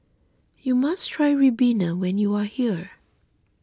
you must try Ribena when you are here